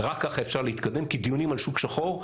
רק ככה אפשר להתקדם כי דיונים על שוק שחור,